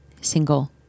single